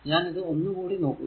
ഞാൻ ഇത് ഒന്ന് കൂടി നോക്കുന്നു